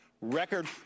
Record